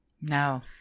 No